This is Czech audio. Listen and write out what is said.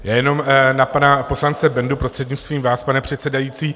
Jenom na pana poslance Bendu prostřednictvím vás, pane předsedající.